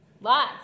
Lots